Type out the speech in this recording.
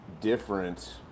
different